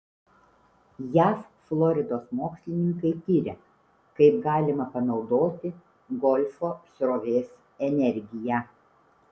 jav floridos mokslininkai tiria kaip galima panaudoti golfo srovės energiją